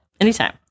Anytime